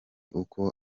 uko